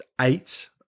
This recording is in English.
eight